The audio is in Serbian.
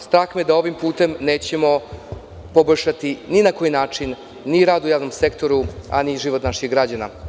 Strah me je da ovim putem nećemo poboljšati, ni na koji način, ni rad u javnom sektoru, a ni život naših građana.